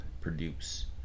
produce